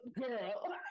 Girl